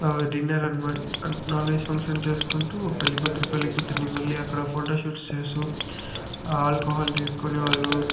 dinner అనమా అన్ non veg function పెళ్ళికూతురు పెళ్ళికూతురిని మళ్ళీ అక్కడ ఫోటోషూట్స్ చేస్తూ ఆల్కహాల్ తీసుకునేవాళ్ళు